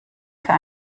für